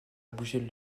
bouger